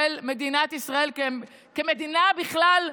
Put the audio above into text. של מדינת ישראל כמדינה בכלל,